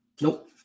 nope